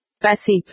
Passive